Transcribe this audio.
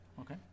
Okay